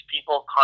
people